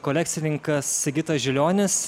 kolekcininkas sigitas žilionis